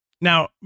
Now